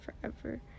forever